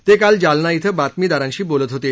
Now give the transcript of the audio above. ते काल जालना इथं बातमीदारांशी बोलत होते